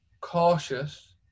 cautious